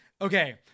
Okay